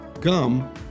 gum